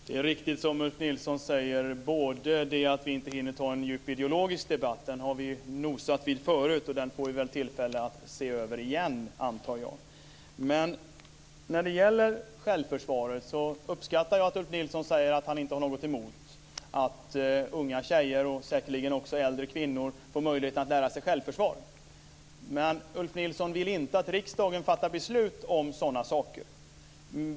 Fru talman! Det är riktigt som Ulf Nilsson säger att vi inte hinner ta en djup ideologisk debatt. Den har vi nosat vid förut och den får vi väl tillfälle att se över igen, antar jag. Jag uppskattar att Ulf Nilsson säger att han inte har något emot att unga tjejer och säkerligen också äldre kvinnor får möjlighet att lära sig självförsvar. Men Ulf Nilsson vill inte att riksdagen fattar beslut om sådana saker.